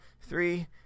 three